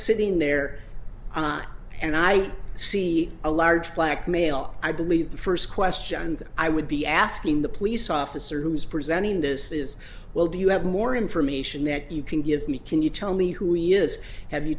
sitting there and i see a large black male i believe the first question and i would be asking the police officer who is presenting this is well do you have more information that you can give me can you tell me who he is have you